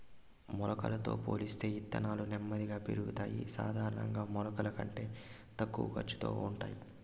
మొలకలతో పోలిస్తే ఇత్తనాలు నెమ్మదిగా పెరుగుతాయి, సాధారణంగా మొలకల కంటే తక్కువ ఖర్చుతో ఉంటాయి